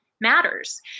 matters